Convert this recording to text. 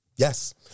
Yes